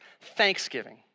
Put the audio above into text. Thanksgiving